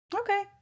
Okay